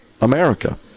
America